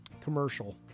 commercial